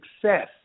success